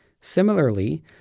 Similarly